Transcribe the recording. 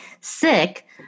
sick